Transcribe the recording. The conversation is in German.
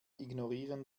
ignorieren